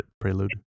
prelude